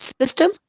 system